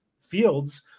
fields